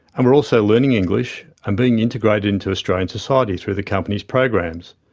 and were also learning english and being integrated into australian society through the company's programs.